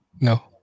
No